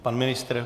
Pan ministr?